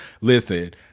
Listen